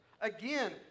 Again